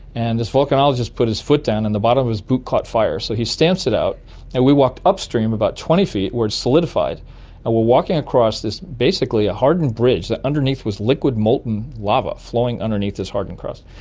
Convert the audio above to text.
and this volcanologist put his foot down and the bottom of his boot caught fire. so he stamps it out and we walked upstream about twenty feet where it solidified, and we were walking across this basically a hardened bridge that underneath was liquid molten lava flowing underneath this hardened crust.